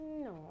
No